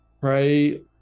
Pray